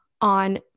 on